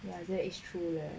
but that is true leh